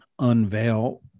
unveil